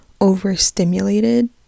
overstimulated